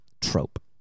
trope